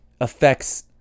affects